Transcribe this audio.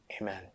amen